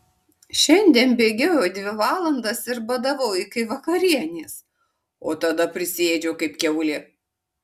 šiandien bėgiojau dvi valandas ir badavau iki vakarienės o tada prisiėdžiau kaip kiaulė